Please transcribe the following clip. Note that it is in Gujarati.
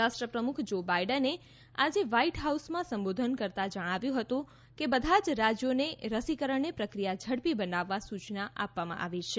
રાષ્ટ્રપ્રમુખ જો બાઇડેને આજે વ્હાઇટ હાઉસમાં સંબોધન કરતાં જણાવ્યું હતું કે બધા જ રાજ્યોને રસીકરણને પ્રક્રિયા ઝડપી બનાવવા સુચના આપવામાં આવી છે